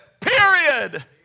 Period